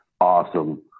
Awesome